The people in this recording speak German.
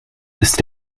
ist